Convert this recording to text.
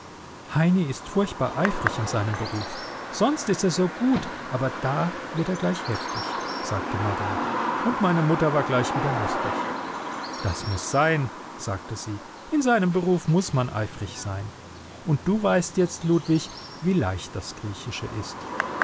heini ist furchtbar eifrig in seinem beruf sonst ist er so gut aber da wird er gleich heftig sagte marie und meine mutter war gleich wieder lustig das muß sein sagte sie in seinem beruf muß man eifrig sein und du weißt jetzt ludwig wie leicht das griechische ist